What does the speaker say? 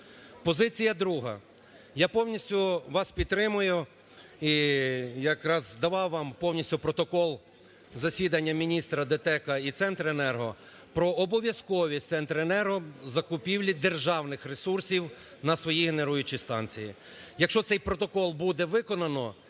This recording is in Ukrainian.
Позиція друга. Я повністю вас підтримую і якраз давав вам повністю протокол засідання міністра ДТЕК і "Центенерго" про обов'язковість "Центренерго" в закупівлі державних ресурсів на свої генеруючі станції. Якщо цей протокол буде виконано,